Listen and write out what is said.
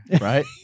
right